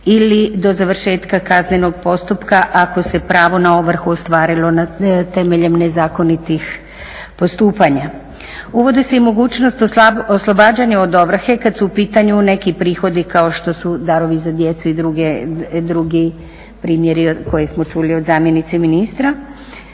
ili do završetka kaznenog postupka ako se pravo na ovrhu ostvarilo temeljem nezakonitih postupanja. Uvode se i mogućnosti oslobađanja od ovrhe kad su u pitanju neki prihodi kao što su darovi za djecu i drugi primjeri koje smo čuli od zamjenice ministra.